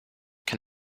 can